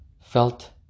felt